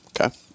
Okay